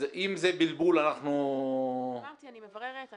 אז אם זה בלבול, אנחנו --- אמרתי, אני מבררת.